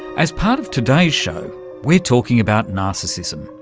as part of today's show we're talking about narcissism,